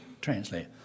translate